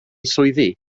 swyddi